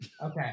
Okay